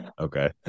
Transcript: Okay